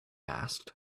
asked